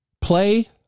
Play